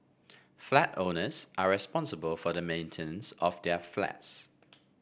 flat owners are responsible for the maintenance of their flats